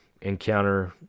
encounter